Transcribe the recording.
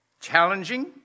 challenging